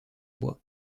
bois